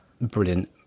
brilliant